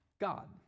God